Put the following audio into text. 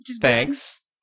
Thanks